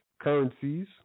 currencies